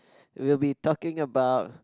we'll be talking about